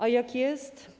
A jak jest?